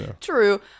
true